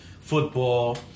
football